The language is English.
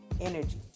energy